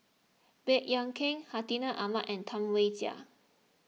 Baey Yam Keng Hartinah Ahmad and Tam Wai Jia